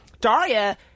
Daria